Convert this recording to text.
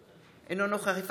אינו נוכח יואל רזבוזוב,